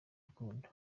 rukundo